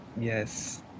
Yes